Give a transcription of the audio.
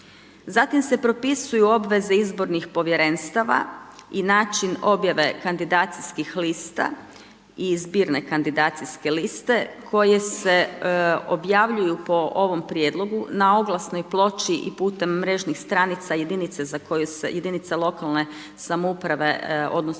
Zatim se propisuju obveze izbornih povjerenstava i način objave kandidacijskih lista i zbirne kandidacijske liste koje se objavljuju po ovom prijedlogu na oglasnoj ploči i putem mrežnih stranica jedinice za koje se jedinice lokalne samouprave odnosno